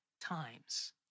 times